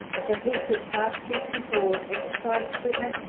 the heathwood park petition for exercise equipment.